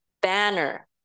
banner